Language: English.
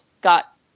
got